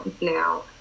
Now